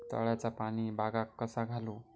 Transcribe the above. तळ्याचा पाणी बागाक कसा घालू?